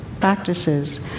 practices